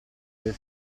due